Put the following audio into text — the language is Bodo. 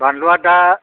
बानलुआ दा